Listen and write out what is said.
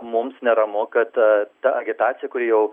mums neramu kad ta agitacija kuri jau